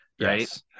Right